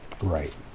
Right